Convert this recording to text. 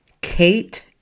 Kate